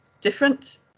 different